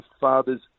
father's